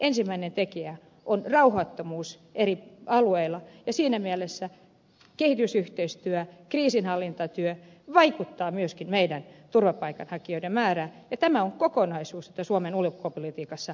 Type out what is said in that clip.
ensimmäinen tekijä on rauhattomuus eri alueilla ja siinä mielessä kehitysyhteistyö kriisinhallintatyö vaikuttavat myöskin meidän turvapaikanhakijoidemme määrään ja tämä on kokonaisuus joka suomen ulkopolitiikassa